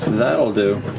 that'll do.